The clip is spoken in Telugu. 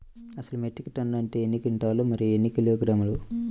అసలు మెట్రిక్ టన్ను అంటే ఎన్ని క్వింటాలు మరియు ఎన్ని కిలోగ్రాములు?